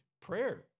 Prayer